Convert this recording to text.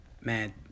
man